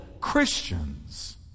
Christians